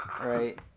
right